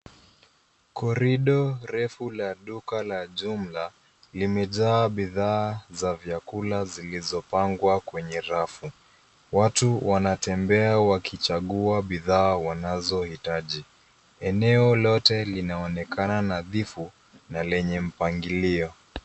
Koridoo refu la duka la jumla, limejaa bidhaa za chakula zilizopangwa kwenye rafu. Watu wanatembea wakichagua bidhaa wanazohitaji. Eneo lote linaonekana nadhifu, na lenye mpangilio.